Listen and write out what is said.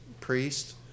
priest